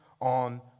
on